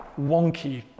wonky